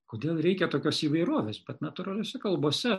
kodėl reikia tokios įvairovės bet natūraliose kalbose